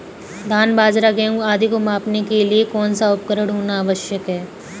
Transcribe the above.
धान बाजरा गेहूँ आदि को मापने के लिए कौन सा उपकरण होना आवश्यक है?